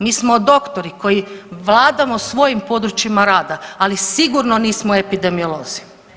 Mi smo doktori koji vladamo svojim područjima rada, ali sigurno nismo epidemiolozi.